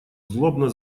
злобно